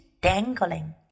dangling